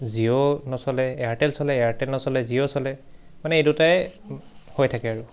জিঅ' নচলে এয়াৰটেল চলে এয়াৰটেল নচলে জিঅ' চলে মানে এই দুটাই হৈ থাকে আৰু